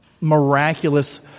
miraculous